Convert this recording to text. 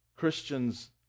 Christians